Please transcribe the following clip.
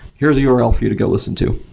here's a url for you to go listen to,